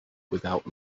without